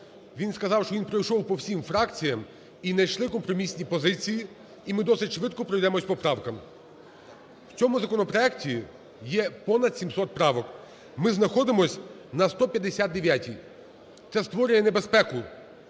він сказав, що він пройшов по всім фракціям, і знайшли компромісні позиції. І ми досить швидко пройдемося по правках. В цьому законопроекті є понад сімсот правок, ми знаходимося на 159-й. Це створює небезпеку